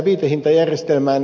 viitehintajärjestelmään